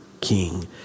king